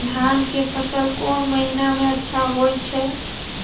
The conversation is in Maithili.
धान के फसल कोन महिना में अच्छा होय छै?